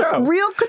real